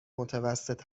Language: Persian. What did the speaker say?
متوسط